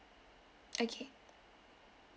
okay